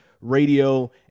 radio